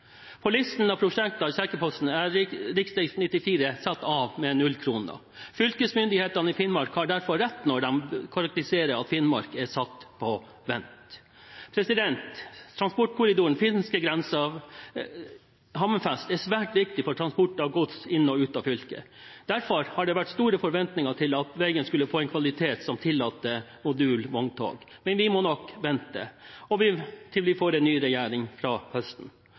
På listen over prosjekter i sekkeposten er rv. 94 satt av med 0 kr. Fylkesmyndighetene i Finnmark har derfor rett når de bruker karakteristikken at Finnmark er satt på vent. Transportkorridoren finskegrensa–Hammerfest er svært viktig for transport av gods inn og ut av fylket. Derfor har det vært store forventninger til at veien skulle få en kvalitet som tillater modulvogntog. Men vi må nok vente til vi får en ny regjering fra høsten.